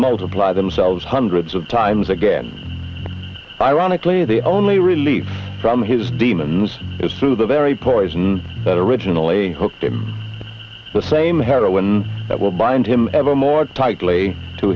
multiply themselves hundreds of times again ironically the only relief from his demons is through the very poison that originally hooked him the same heroin that will bind him ever more tightly to